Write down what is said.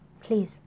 Please